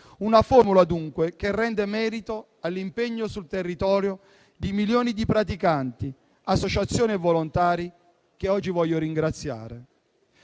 una formula, dunque, che rende merito all'impegno sul territorio di milioni di praticanti, associazioni e volontari, che oggi voglio ringraziare.